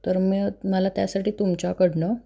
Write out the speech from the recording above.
तर म्य मला त्यासाठी तुमच्याकडनं